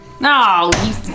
No